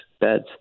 beds